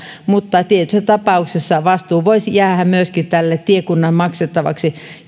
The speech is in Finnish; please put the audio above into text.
mutta tietyissä tapauksissa vastuu voisi jäädä myöskin tiekunnan maksettavaksi